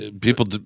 people